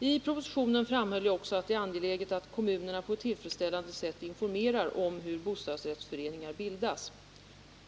I propositionen framhöll jag också att det är angeläget att kommunerna på ett tillfredsställande sätt informerar om hur bostadsrättsföreningar bildas.